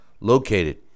located